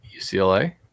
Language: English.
UCLA